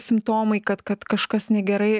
simptomai kad kad kažkas negerai